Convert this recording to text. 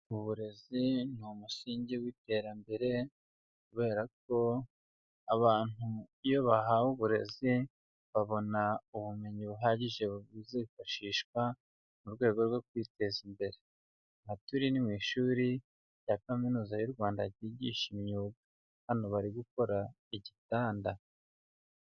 Uburezi ni umusingi w'iterambere kubera ko abantu iyo bahawe uburezi babona ubumenyi buhagije buzifashishwa mu rwego rwo kwiteza imbere, aha turi ni mu ishuri rya kaminuza y'u Rwanda ryigisha imyuga, hano bari gukora igitanda.